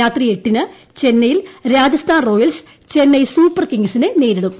രാത്രി എട്ടിന് ചെന്നൈയിൽ രാജസ്ഥാൻ റോയൽസ് ചെന്നൈ സൂപ്പർ കിംഗ്സിനെ നേരിടും